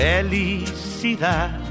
Felicidad